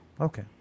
Okay